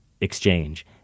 exchange